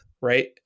right